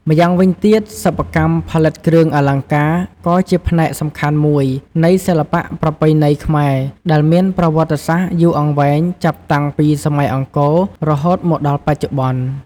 ម្យ៉ាងវិញទៀតសិប្បកម្មផលិតគ្រឿងអលង្ការ ក៏ជាផ្នែកសំខាន់មួយនៃសិល្បៈប្រពៃណីខ្មែរ ដែលមានប្រវត្តិសាស្ត្រយូរអង្វែងចាប់តាំងពីសម័យអង្គររហូតមកដល់បច្ចុប្បន្ន។